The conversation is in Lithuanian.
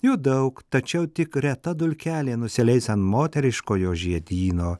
jų daug tačiau tik reta dulkelė nusileis ant moteriškojo žiedyno